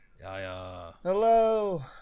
Hello